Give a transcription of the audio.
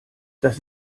das